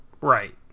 Right